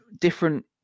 different